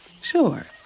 Sure